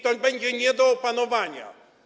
To będzie nie do opanowania.